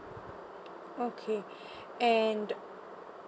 okay and the